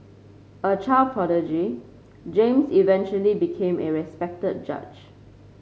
a child prodigy James eventually became a respected judge